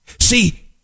See